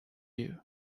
you